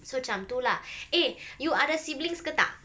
so macam tu lah eh you ada siblings ke tak